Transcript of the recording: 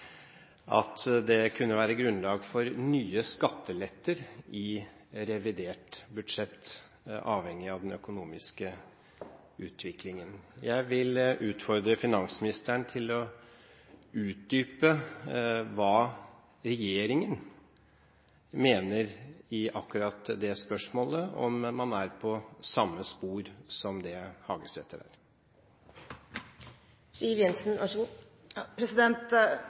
at det kunne være grunnlag for nye skatteletter i revidert budsjett, avhengig av den økonomiske utviklingen. Jeg vil utfordre finansministeren til å utdype hva regjeringen mener i akkurat det spørsmålet. Er man på samme spor som det Hagesæter er? La meg først si at jeg er veldig glad for at representanten Syversen setter pris på finansminister Jensen.